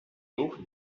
eau